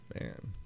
man